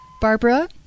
Barbara